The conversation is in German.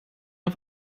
auf